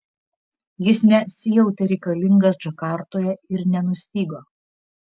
jis nesijautė reikalingas džakartoje ir nenustygo